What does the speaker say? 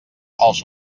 els